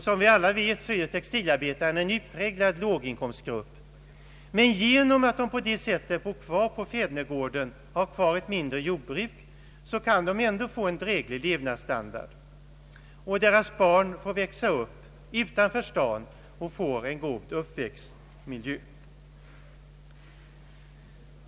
Som vi alla vet utgör textilarbetarna en utpräglad låginkomstgrupp. Men genom att de på detta sätt bor kvar på fädernegården och har kvar ett mindre jordbruk kan de ändå få en dräglig levnadsstandard, och deras barn kan växa upp utanför staden och få en god uppväxtmiljö.